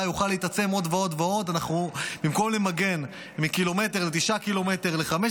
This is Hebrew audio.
חס ושלום, תסתיים בהסכם 1701 או משהו